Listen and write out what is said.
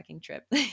trip